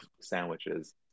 sandwiches